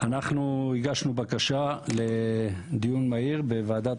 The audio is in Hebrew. אנחנו הגשנו בקשה לדיון מהיר בוועדת